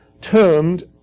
termed